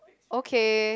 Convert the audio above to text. okay